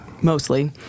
mostly